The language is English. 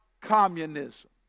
communism